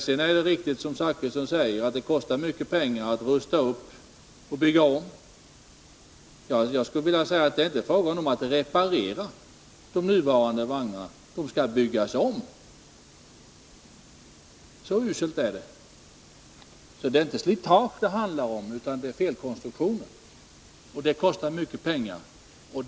Sedan är det riktigt som Bertil Zachrisson säger, att det kostar mycket pengar att rusta upp och bygga om. Det är inte fråga om att reparera de nuvarande vagnarna. De skall byggas om, så uselt är det. Det är alltså inte slitage det handlar om, utan det är felkonstruktioner. Detta kostar mycket pengar att rätta till.